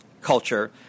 culture